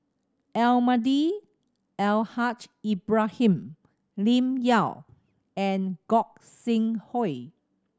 Almahdi Al Haj Ibrahim Lim Yau and Gog Sing Hooi